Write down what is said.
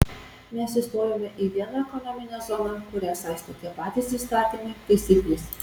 mes įstojome į vieną ekonominę zoną kurią saisto tie patys įstatymai taisyklės